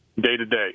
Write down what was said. day-to-day